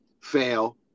fail